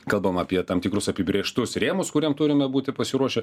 kalbam apie tam tikrus apibrėžtus rėmus kuriem turime būti pasiruošę